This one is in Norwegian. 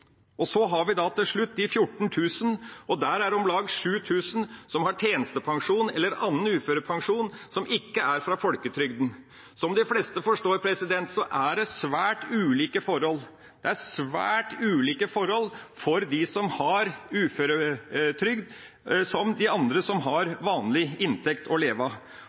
har vi de 14 000, og av dem er det om lag 7 000 som har tjenestepensjon eller annen uførepensjon som ikke er fra folketrygden. Som de fleste forstår, er det svært ulike forhold. Det er svært ulike forhold for dem som har uføretrygd, sammenlignet med dem som har vanlig inntekt å leve av.